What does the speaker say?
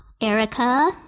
Erica